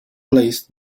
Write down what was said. placed